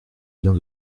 vient